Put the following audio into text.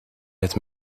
het